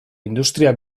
industria